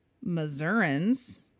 Missourians